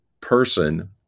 person